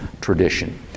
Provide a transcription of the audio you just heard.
tradition